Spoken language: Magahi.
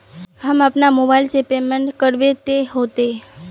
हम अपना मोबाईल से पेमेंट करबे ते होते?